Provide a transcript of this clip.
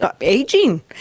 aging